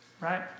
Right